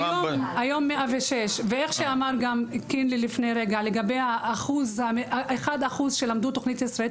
היום יש 106. כמו שאמר קינלי אחד אחוז למדו בתוכנית הישראלית